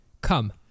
Come